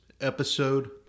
episode